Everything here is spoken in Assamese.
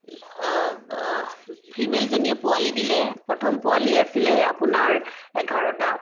ফিমেলজনীয়ে পোৱালী দিলে প্ৰথম পোৱালি আছিলে আপোনাৰ এঘাৰটা